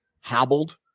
hobbled